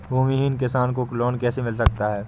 भूमिहीन किसान को लोन कैसे मिल सकता है?